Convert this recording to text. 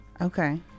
Okay